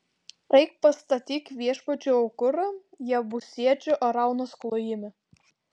eik pastatyk viešpačiui aukurą jebusiečio araunos klojime